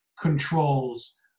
controls